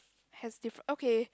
has diff~ okay